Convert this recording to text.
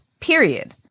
period